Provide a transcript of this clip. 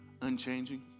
unchanging